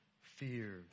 fear